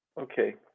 Okay